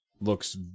looks